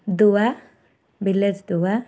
ଦୁଆ ଭିଲେଜ୍ ଦୁଆ